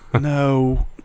No